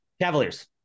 Cavaliers